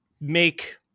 make